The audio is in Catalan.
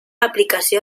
aplicació